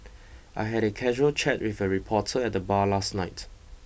I had a casual chat with a reporter at the bar last night